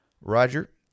Roger